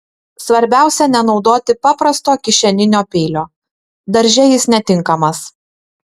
svarbiausia nenaudoti paprasto kišeninio peilio darže jis netinkamas